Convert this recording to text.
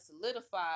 solidify